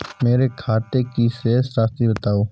मेरे खाते की शेष राशि बताओ?